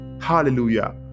Hallelujah